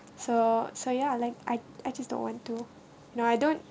so so ya like I I just don't want to no I don't